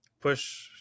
push